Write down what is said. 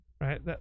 right